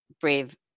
brave